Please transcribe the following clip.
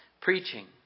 preaching